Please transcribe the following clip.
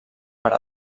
per